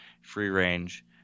free-range